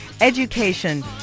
education